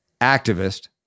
activist